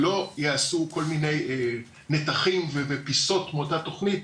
ולא ייעשו כל מיני נתחים ופיסות מאותה תוכנית,